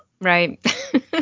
Right